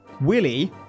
Willie